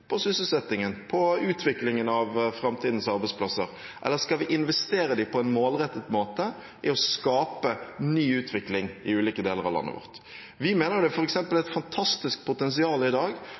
på sysselsettingen og på utviklingen av framtidens arbeidsplasser? Eller skal vi investere dem på en målrettet måte i å skape ny utvikling i ulike deler av landet vårt? Vi mener det f.eks. er et fantastisk potensial i dag